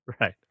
Right